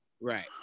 Right